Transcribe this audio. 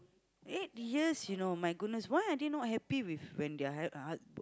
eight years you know my goodness why are they not happy with when they are ha~